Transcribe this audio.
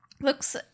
Looks